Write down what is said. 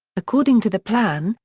according to the plan,